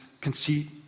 conceit